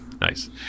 nice